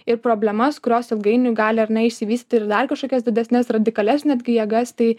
ir problemas kurios ilgainiui gali ar ne išsivystyti ir dar kažkokias didesnes radikalias netgi jėgas tai